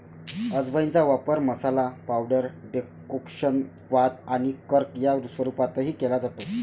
अजवाइनचा वापर masala, powder, decoction, क्वाथ आणि अर्क या स्वरूपातही केला जातो